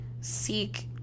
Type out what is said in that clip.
seek